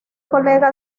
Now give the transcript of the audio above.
colega